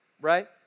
right